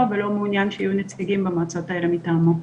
ולא מעוניין שיהיו נציגים במועצות האלה מטעמו.